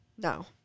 No